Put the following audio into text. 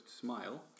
Smile